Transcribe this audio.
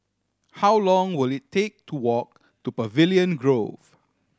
how long will it take to walk to Pavilion Grove